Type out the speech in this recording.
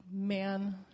man